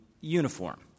uniform